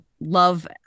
love